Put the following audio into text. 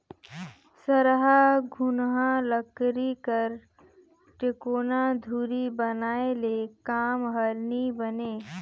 सरहा घुनहा लकरी कर टेकोना धूरी बनाए ले काम हर नी बने